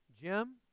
Jim